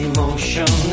Emotion